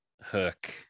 hook